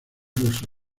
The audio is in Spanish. ruso